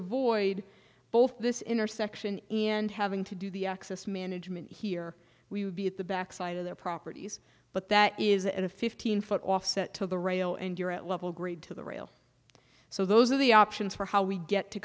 avoid both this intersection and having to do the access management here we would be at the back side of their properties but that is a fifteen foot offset to the rail and you're at level grade to the rail so those are the options for how we get to